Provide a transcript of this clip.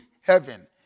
heaven